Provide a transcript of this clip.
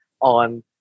on